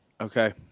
okay